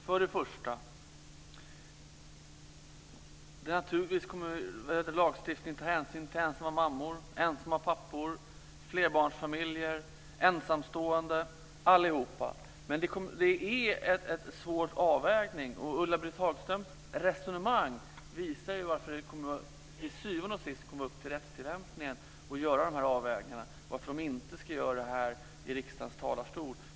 Herr talman! För det första vill jag säga att lagstiftningen naturligtvis kommer att ta hänsyn till ensamma mammor, ensamma pappor, flerbarnsfamiljer och ensamstående - allihopa. Men det är en svår avvägning, och Ulla-Britt Hagströms resonemang visar ju varför det till syvende och sist kommer att vara i rättstillämpningen som man ska göra de här avvägningarna och varför de inte ska göras här i riksdagens talarstol.